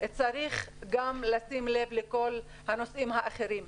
צריך גם לשים לב לכל הנושאים האחרים.